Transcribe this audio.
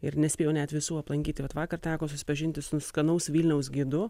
ir nespėjau net visų aplankyti vat vakar teko susipažinti su skanaus vilniaus gidu